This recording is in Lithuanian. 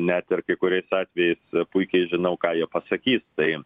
net ir kai kuriais atvejais puikiai žinau ką jie pasakys tai